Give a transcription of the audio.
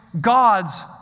God's